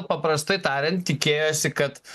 paprastai tariant tikėjosi kad